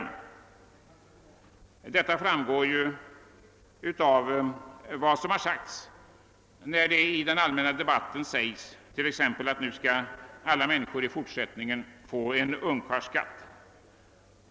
Detta framgår av uppgifterna i den allmänna debatten om att alla medborgare i fortsättningen skall få betala ungkarlsskatt.